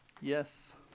Yes